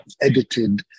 edited